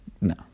no